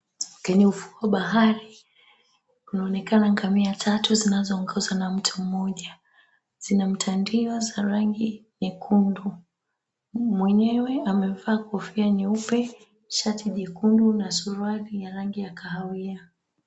Kwenye ufuo wa bahari kunaonekana ngamia tatu zinazoongozwa na mtu mmoja Zina mtandio za rangi nyekundu, mwenyewe amevaa kofia nyeupe shati jekundu na suruali ya rangi ya kahawia.